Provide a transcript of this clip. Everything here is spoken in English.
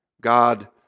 God